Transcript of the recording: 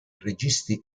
registi